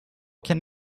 can